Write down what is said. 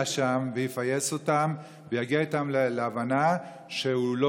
שם ויפייס אותם ויגיע אתם להבנה שהוא לא